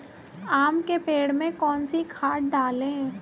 आम के पेड़ में कौन सी खाद डालें?